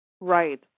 Right